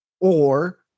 Or-